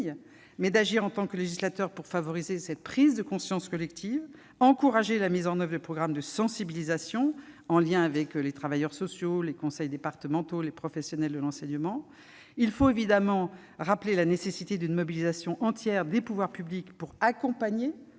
mais d'agir, en tant que législateur, pour favoriser une prise de conscience collective et encourager la mise en oeuvre de programmes de sensibilisation, en lien avec les conseils départementaux, les travailleurs sociaux et les professionnels de l'enseignement. Je veux également rappeler la nécessité d'une mobilisation entière des pouvoirs publics pour accompagner